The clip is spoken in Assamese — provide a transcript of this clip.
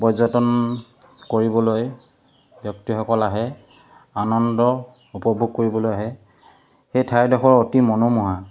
পৰ্যটন কৰিবলৈ ব্যক্তিসকল আহে আনন্দ উপভোগ কৰিবলৈ আহে সেই ঠাইৰডোখৰ অতি মনোমোহা